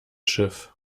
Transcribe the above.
schiff